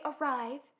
arrive